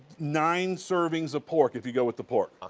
nine serves of pork if you go with the pork.